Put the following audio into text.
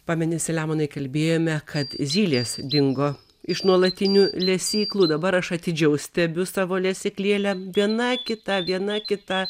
pameni selemonai kalbėjome kad zylės dingo iš nuolatinių lesyklų dabar aš atidžiau stebiu savo lesyklėlę viena kita viena kita